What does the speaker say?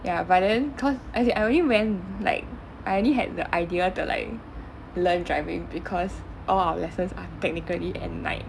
ya but then cause as in I only went like I only had the idea to like learn driving because all our lessons are technically at night